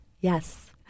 Yes